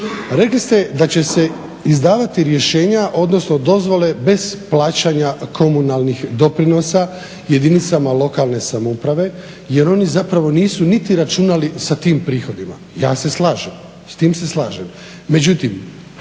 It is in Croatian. rekli ste da će se izdavati rješenja odnosno dozvole bez plaćanja komunalnih doprinosa jedinicama lokalne samouprave jer oni zapravo nisu niti računali sa tim prihodima. Ja se slažem, s tim se slažem.